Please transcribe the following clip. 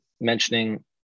mentioning